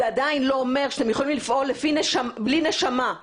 זה עדיין לא אומר שאתם יכולים לפעול בלי נשמה.